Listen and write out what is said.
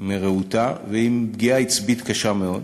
מרעותה ועם פגיעה עצבית קשה מאוד.